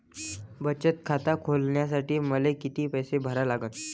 बचत खात खोलासाठी मले किती पैसे भरा लागन?